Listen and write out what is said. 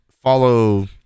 follow